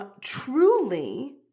truly